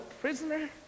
prisoner